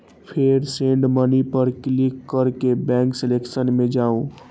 फेर send money पर click कैर के बैंक सेक्शन मे जाउ